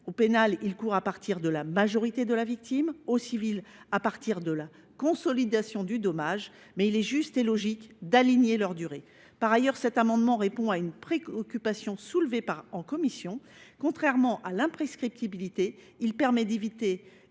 au pénal, il court à partir de la majorité de la victime ; au civil, il court à partir de la consolidation du dommage –, mais il est juste et logique d’aligner les durées. Par ailleurs, cet amendement répond à une préoccupation soulevée en commission. Contrairement à l’imprescriptibilité, il permet d’éviter